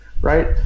right